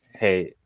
hey,